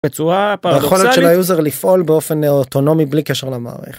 בצורה פרדוקסלית, יכולת של היוזר לפעול באופן אוטונומי בלי קשר למערכת.